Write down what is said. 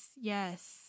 yes